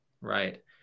Right